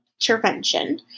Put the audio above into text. Intervention